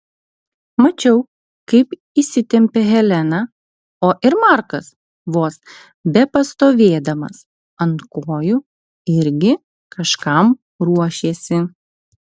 mačiau kaip įsitempė helena o ir markas vos bepastovėdamas ant kojų irgi kažkam ruošėsi